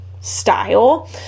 style